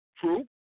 true